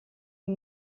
und